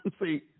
See